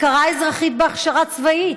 הכרה אזרחית בהכשרה צבאית,